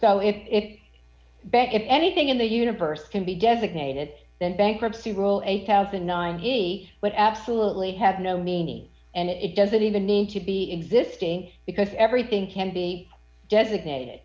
so if if back if anything in the universe can be designated then bankruptcy rule eight thousand and nine what absolutely have no meaning and it doesn't even need to be existing because everything can be designated